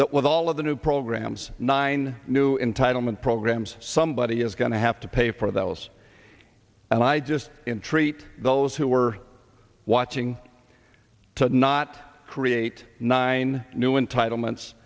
that with all of the new programs nine new entitlement programs somebody is going to have to pay for those and i just intreat those who are watching to not create nine new entitlements